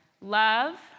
Love